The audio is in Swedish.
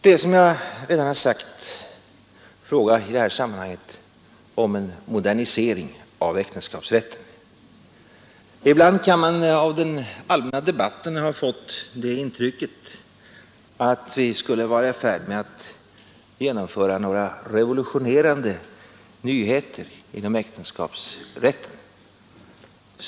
Det är, som jag redan har sagt, i det här sammanhanget fråga om en modernisering av äktenskapsrätten. Ibland kan man av den allmänna debatten ha fått det intrycket att vi skulle vara i färd med att genomföra xapsrätten.